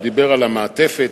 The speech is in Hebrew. הוא דיבר על המעטפת,